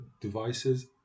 devices